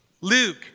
Luke